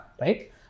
right